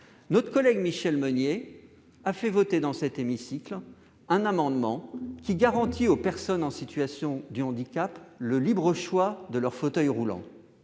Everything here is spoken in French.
notre collègue Michelle Meunier a fait voter dans cet hémicycle un amendement visant à garantir aux personnes en situation de handicap le libre choix de leur fauteuil roulant.